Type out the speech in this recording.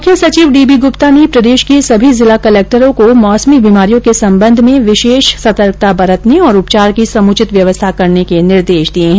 मुख्य सचिव D B Gupta ने प्रदेश के सभी जिला कलेक्टर्स को मौसमी बीमारियों के संबंध में विशेष संतर्कता बरतने और उपचार की समुचित व्यवस्था करने के निर्देश दिए हैं